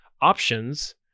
options